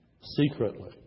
secretly